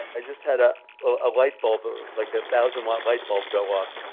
i just had a ah light bulb, like a thousand watt light bulb go off.